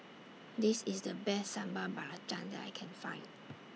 This IS The Best Sambal Belacan that I Can Find